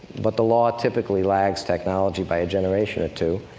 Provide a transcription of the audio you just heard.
but the law typically lags technology by a generation or two,